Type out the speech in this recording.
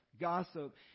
Gossip